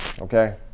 Okay